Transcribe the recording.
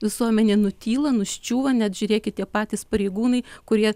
visuomenė nutyla nuščiūva net žiūrėkit tie patys pareigūnai kurie